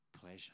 pleasure